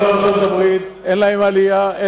בארצות-הברית אין להם עלייה,